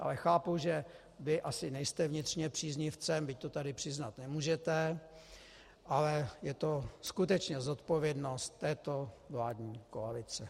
Ale chápu, že vy asi nejste vnitřně příznivcem, byť to tady přiznat nemůžete, ale je to skutečně zodpovědnost této vládní koalice.